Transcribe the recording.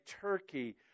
Turkey